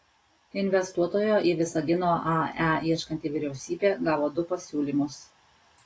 investuotojo į visagino ae ieškanti vyriausybė gavo du pasiūlymus